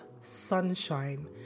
sunshine